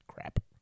Crap